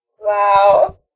Wow